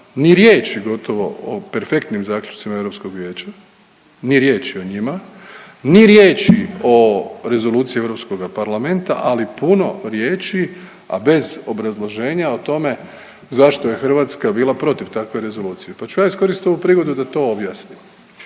Ni riječi gotovo o perfektnim zaključcima Europskog vijeća, ni riječi o njima, ni riječi o Rezoluciji Europskoga parlamenta, ali puno riječi, a bez obrazloženja o tome zašto je Hrvatska bila protiv takve Rezolucije, pa ću ja iskoristit ovu prigodu da to objasnim